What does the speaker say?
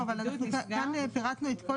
הבידוד נסגר --- כאן פירטנו את כל